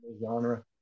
genre